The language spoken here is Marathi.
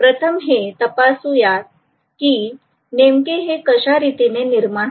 प्रथम हे तपासूयात की नेमके हे कशा रीतीने निर्माण होते